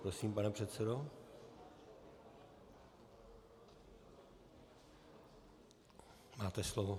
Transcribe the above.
Prosím, pane předsedo, máte slovo.